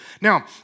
Now